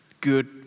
good